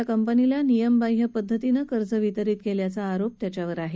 या कंपनीला नियमबाद्य पद्धतीनं कर्ज वितरित केल्याचा आरोप राणावर आहे